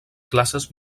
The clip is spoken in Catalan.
classes